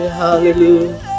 hallelujah